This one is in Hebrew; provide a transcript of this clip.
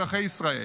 אזרחי ישראל.